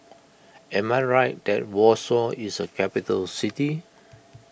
am I right that Warsaw is a capital city